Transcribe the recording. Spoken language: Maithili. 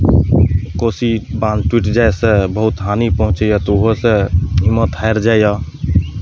कोसी बाँध टुटि जायसँ बहुत हानि पहुँचैए तऽ ओहूसँ हिम्मत हारि जाइए